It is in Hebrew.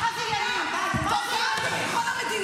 שכחתם את בגין, שכחתם הכול.